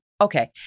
Okay